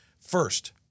first